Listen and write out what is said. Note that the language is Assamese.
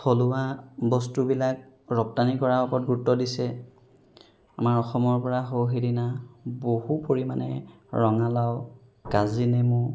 থলুৱা বস্তুবিলাক ৰপ্তানি কৰাৰ ওপৰত গুৰুত্ব দিছে আমাৰ অসমৰ পৰা সৌ সিদিনা বহু পৰিমাণে ৰঙালাও কাজি নেমু